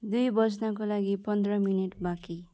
दुई बज्नको लागि पन्ध्र मिनेट बाँकी